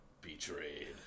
betrayed